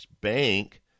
bank